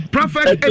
Prophet